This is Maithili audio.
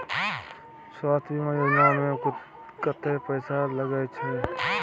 स्वास्थ बीमा योजना में कत्ते पैसा लगय छै?